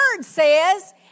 says